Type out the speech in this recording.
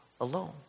alone